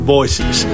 Voices